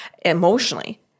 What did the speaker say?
emotionally